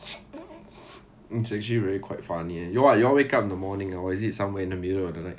it's actually really quite funny eh y'all what y'all wake up in the morning or is it somewhere in the middle of the night